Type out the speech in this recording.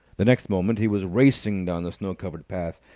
the next moment he was racing down the snow-covered path.